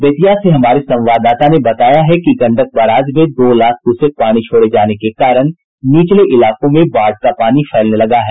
बेतिया से हमारे संवाददाता ने बताया है कि गंडक बराज में दो लाख क्यूसेक पानी छोड़े जाने के कारण निचले इलाकों में बाढ़ का पानी फैलने लगा है